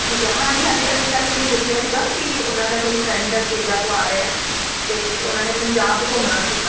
ਠੀਕ ਹੈ ਹਾਂਜੀ ਹਾਂਜੀ ਅਨੀਤਾ ਨੇ ਮੈਨੂੰ ਦੱਸਿਆ ਸੀਗਾ ਕਿ ਉਹਨਾਂ ਦਾ ਕੋਈ ਫਰੈਂਡ ਕੇਰਲਾ ਤੋਂ ਆ ਰਿਹਾ ਤੇ ਉਹਨਾਂ ਨੇ ਪੰਜਾਬ ਘੁੰਮਣਾ ਸੀਗਾ